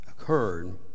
occurred